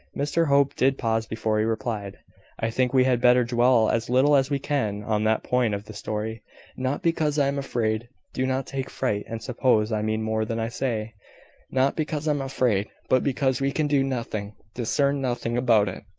mr hope did pause before he replied i think we had better dwell as little as we can on that point of the story not because i am afraid do not take fright and suppose i mean more than i say not because i am afraid, but because we can do nothing, discern nothing, about it.